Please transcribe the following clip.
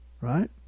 right